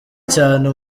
cyane